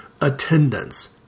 attendance